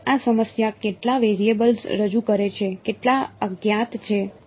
તો આ સમસ્યા કેટલા વેરીએબલ્સ રજૂ કરે છે કેટલા અજ્ઞાત છે